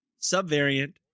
subvariant